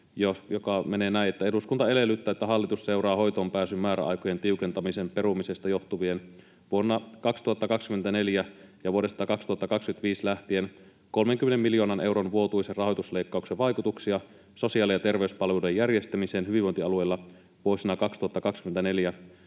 joka menee näin: ”Eduskunta edellyttää, että hallitus seuraa hoitoonpääsyn määräaikojen tiukentamisen perumisesta johtuvien vuonna 2024 ja vuodesta 2025 lähtien 30 miljoonan euron vuotuisen rahoitusleikkauksen vaikutuksia sosiaali- ja terveyspalveluiden järjestämiseen hyvinvointialueilla vuosina